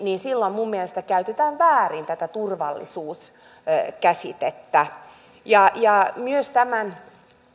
niin silloin minun mielestäni käytetään väärin tätä turvallisuuskäsitettä myös tämän